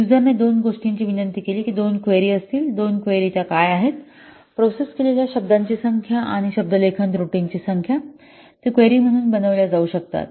यूजरने दोन गोष्टींची विनंती केली की 2 क्वेरी असतील 2 क्वेरी काय आहेत प्रोसेस केलेल्या शब्दांची संख्या आणि शब्दलेखन त्रुटींची संख्या ते क्वेरी म्हणून बनविल्या जाऊ शकतात